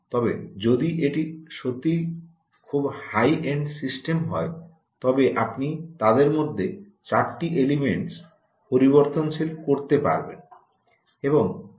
তবে যদি এটি সত্যিই খুব হাই এন্ড সিস্টেম হয় তবে আপনি তাদের মধ্যে 4 টি এলিমেন্টস পরিবর্তনশীল করতে পারবেন